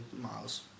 miles